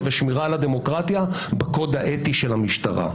ושמירה על הדמוקרטיה בקוד האתי של המשטרה.